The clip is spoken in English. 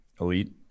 elite